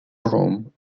broome